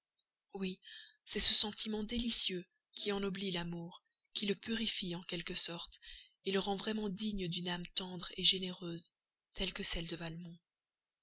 oui c'est ce sentiment délicieux qui ennoblit l'amour qui le purifie en quelque sorte le rend vraiment digne d'une âme tendre généreuse telle que celle de